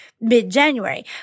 mid-January